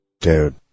Dude